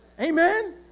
Amen